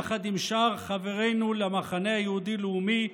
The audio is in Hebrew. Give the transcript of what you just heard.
יחד עם שאר חברינו למחנה היהודי-לאומי,